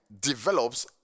develops